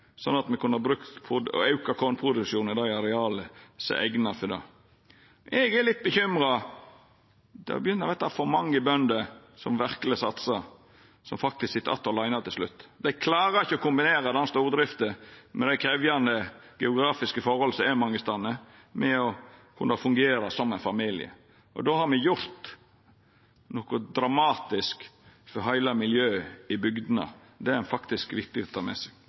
sånn at me kunne ha auka kornproduksjonen på dei areala som er eigna for det. Eg er litt bekymra, for det begynner å verta for mange bønder som verkeleg satsar, som faktisk sit att åleine til slutt. Dei klarar ikkje å kombinera stordrift, med dei krevjande geografiske forholda som er mange stader, med å kunna fungera som ein familie. Då har me gjort noko dramatisk med heile miljøet i bygdene. Det er viktig å ta med seg.